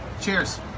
Cheers